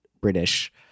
British